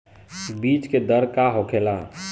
बीज के दर का होखेला?